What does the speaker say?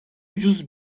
ucuz